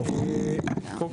שלום.